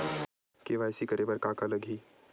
KYC करे बर का का लगही?